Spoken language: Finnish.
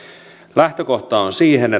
lähtökohta on siihen